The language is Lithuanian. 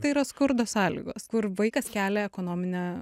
tai yra skurdo sąlygos kur vaikas kelia ekonominę